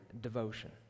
devotion